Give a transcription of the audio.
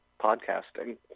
podcasting